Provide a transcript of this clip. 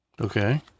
Okay